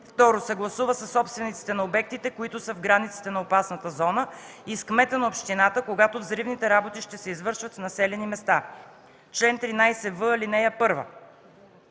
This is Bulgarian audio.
2. съгласува със собствениците на обектите, които са в границите на опасната зона, и с кмета на общината, когато взривните работи ще се извършват в населени места. Чл. 13в. (1)